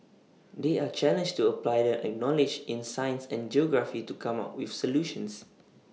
they are challenged to apply their acknowledge in science and geography to come up with solutions